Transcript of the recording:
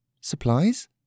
Supplies